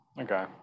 Okay